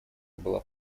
была